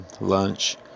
lunch